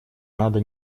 надо